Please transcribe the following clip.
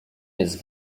jest